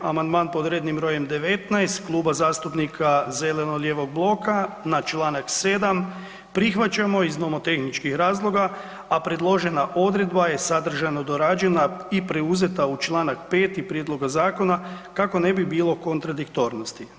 Amandman pod rednim brojem 19 Kluba zastupnika zelenog-lijevog bloka na čl. 7. prihvaćamo iz nomotehničkih razloga a predložena odredba je sadržajno dorađena i preuzeta u čl. 5. prijedloga zakona kako ne bi bilo kontradiktornosti.